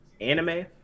anime